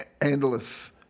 endless